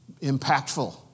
impactful